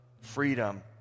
freedom